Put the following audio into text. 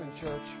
church